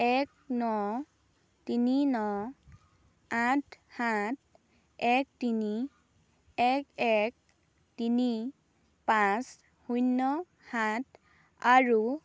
এক ন তিনি ন আঠ সাত এক তিনি এক এক তিনি পাঁচ শূন্য সাত আৰু